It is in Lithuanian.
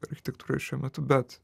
architektūroje šiuo metu bet